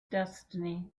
destiny